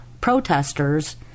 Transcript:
protesters